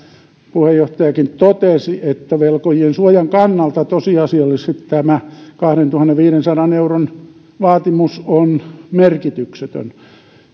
puheenjohtajakin totesi että velkojien suojan kannalta tosiasiallisesti tämä kahdentuhannenviidensadan euron vaatimus on merkityksetön